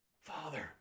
Father